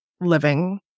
living